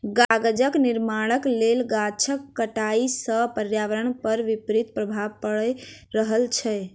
कागजक निर्माणक लेल गाछक कटाइ सॅ पर्यावरण पर विपरीत प्रभाव पड़ि रहल छै